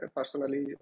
Personally